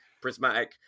prismatic